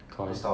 Koi